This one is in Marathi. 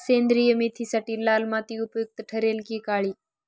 सेंद्रिय मेथीसाठी लाल माती उपयुक्त ठरेल कि काळी?